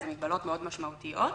המגבלות מאוד משמעותיות,